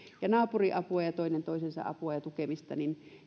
ja naapuriapua ja toinen toisensa apua ja tukemista